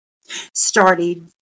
started